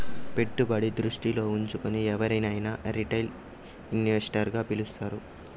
పెట్టుబడి దృష్టిలో ఉంచుకుని ఎవరినైనా రిటైల్ ఇన్వెస్టర్ గా పిలుస్తారు